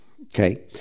Okay